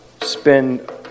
spend